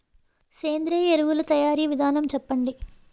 సేంద్రీయ ఎరువుల తయారీ విధానం చెప్పండి?